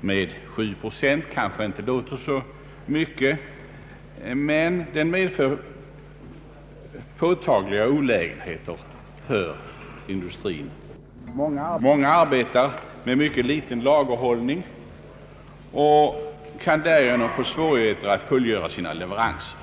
med sju procent kanske inte låter så mycket, men den medför påtagliga olägenheter för industrin. Många industrier arbetar med liten lagerhållning och kan därigenom få svårigheter att fullgöra sina leveranser.